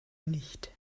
nicht